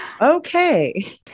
Okay